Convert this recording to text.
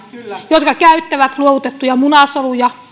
jotka käyttävät luovutettuja munasoluja